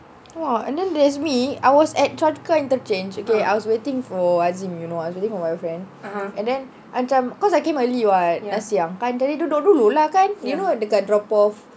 !wah! and then there is me I was at choa chu kang interchange okay I was waiting for hazim you know I was waiting for my boyfriend and then and macam cause I came early [what] dah siap kan jadi duduk dulu lah kan you know dekat drop off